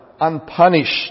unpunished